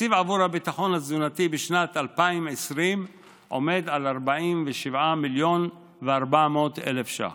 התקציב עבור הביטחון התזונתי בשנת 2020 עומד על 47.400 מיליון ש"ח.